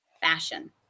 fashion